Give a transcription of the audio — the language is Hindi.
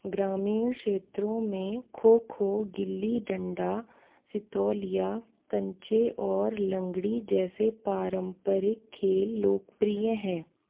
ग्रामीण क्षेत्रों में खो खो गिल्ली डंडा सितोलिया कंचे और लंगड़ी जैसे पारंपरिक खेल लोकप्रिय हैं